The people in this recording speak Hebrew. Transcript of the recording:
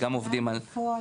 אנחנו גם עובדים --- בפועל,